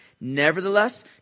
Nevertheless